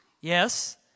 Yes